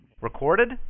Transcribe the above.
Recorded